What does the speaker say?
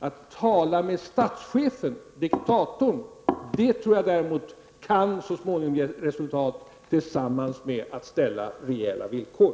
Att tala med statschefen, diktatorn, kan, tror jag däremot, så småningom ge resultat tillsammans med att ställa rejäla villkor.